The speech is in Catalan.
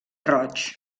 roig